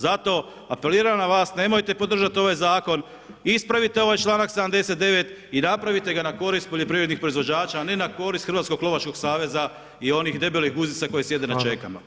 Zato, apeliram na vas, nemojte podržati ovaj zakon, ispravite ovaj čl. 79. i napravite ga na korist poljoprivrednih proizvođača, a ne na korist Hrvatskog lovačkog saveza i onih debelih guzica koji sjede na čekama.